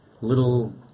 little